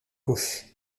gauche